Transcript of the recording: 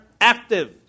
active